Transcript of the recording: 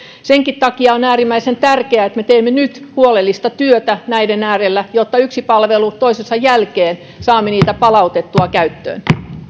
senkin takia on äärimmäisen tärkeää että me teemme nyt huolellista työtä näiden äärellä jotta yksi palvelu toisensa jälkeen saamme niitä palautettua käyttöön